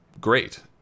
great